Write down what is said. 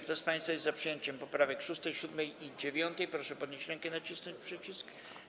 Kto z państwa jest za przyjęciem poprawek 6., 7. i 9., proszę podnieść rękę i nacisnąć przycisk.